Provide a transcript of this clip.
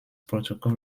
protocol